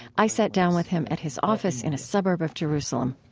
i sat down with him at his office in a suburb of jerusalem